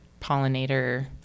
pollinator